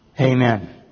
Amen